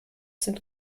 sind